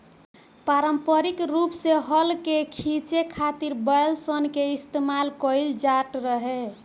पारम्परिक रूप से हल के खीचे खातिर बैल सन के इस्तेमाल कईल जाट रहे